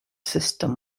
system